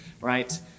right